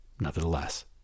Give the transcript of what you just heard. nevertheless